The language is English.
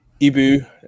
Ibu